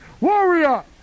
warrior